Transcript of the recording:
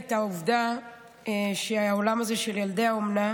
את העובדה שהעולם הזה של ילדי האומנה